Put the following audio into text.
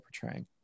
portraying